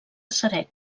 ceret